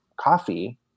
coffee